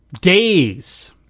days